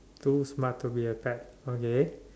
to smart to be a pet okay